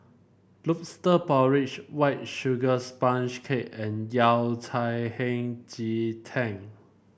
lobster porridge White Sugar Sponge Cake and Yao Cai Hei Ji Tang